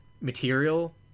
material